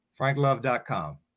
Franklove.com